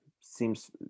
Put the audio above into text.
seems